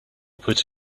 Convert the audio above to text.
put